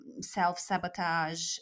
self-sabotage